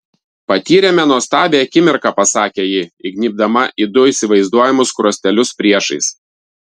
patyrėme nuostabią akimirką pasakė ji įgnybdama į du įsivaizduojamus skruostelius priešais